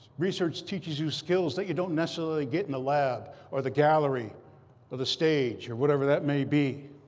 research teaches you skills that you don't necessarily get in a lab or the gallery or the stage or whatever that may be.